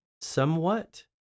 somewhat